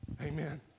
Amen